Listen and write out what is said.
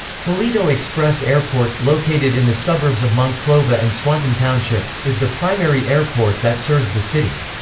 toledo express airport, located in the suburbs of monclova and swanton townships, is the primary airport that serves the city.